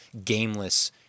gameless